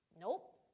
nope